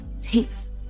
takes